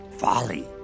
Folly